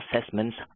assessments